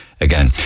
Again